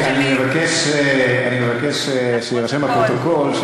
אני מבקש שיירשם, לפרוטוקול.